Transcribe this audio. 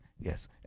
Yes